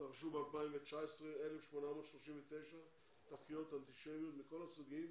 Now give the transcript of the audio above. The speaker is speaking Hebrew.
ב-2019 1,839 תקריות אנטישמיות מכל סוגים,